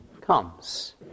comes